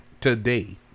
today